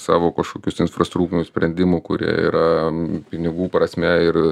savo kažkokius tai infrastruktūrinius sprendimų kurie yra pinigų prasme ir